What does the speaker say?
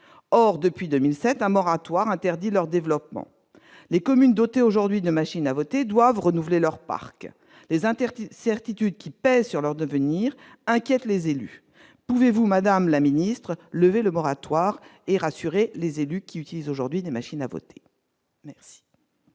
or depuis 2007 un moratoire interdit leur développement, les communes dotées aujourd'hui de machines à voter doivent renouveler leur parc les interdits certitude qui sur leur devenir inquiète les élus, pouvez-vous, Madame la Ministre, lever le moratoire et rassurer les élus qui utilisent aujourd'hui des machines à voter.